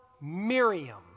Miriam